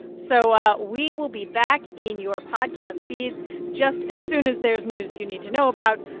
so ah we will be back in your podcast feeds just as soon as there's news you need to know about,